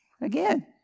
again